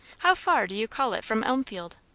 how far do you call it from elmfield?